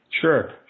Sure